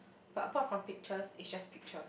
but apart from pictures it's just picture